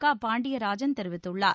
க பாண்டியராஜன் தெரிவித்துள்ளார்